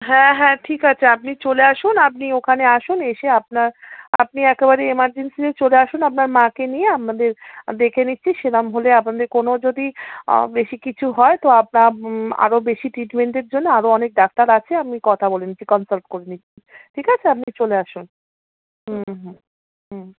হ্যাঁ হ্যাঁ ঠিক আছে আপনি চলে আসুন আপনি ওখানে আসুন এসে আপনার আপনি একেবারে এমারজেন্সি নিয়ে চলে আসুন আপনার মাকে নিয়ে আপনাদের দেখে নিচ্ছি সেরকম হলে আপনাদের কোনো যদি বেশি কিছু হয় তো আরও বেশি ট্রিটমেন্টের জন্য আরও অনেক ডাক্তার আছে আমি কথা বলে নিচ্ছি কনসাল্ট করে নিচ্ছি ঠিক আছে আপনি চলে আসুন হুম হুম হুম